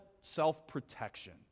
self-protection